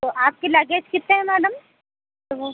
तो आपके लगेज कितने हैं मैडम तो